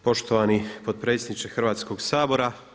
Poštovani potpredsjedniče Hrvatskog sabora.